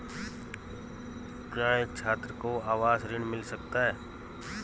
क्या एक छात्र को आवास ऋण मिल सकता है?